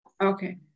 Okay